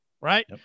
right